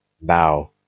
now